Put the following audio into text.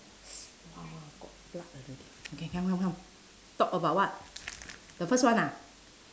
!wah! got blood already okay come come come talk about what the first one ah